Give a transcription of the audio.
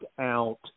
out